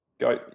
go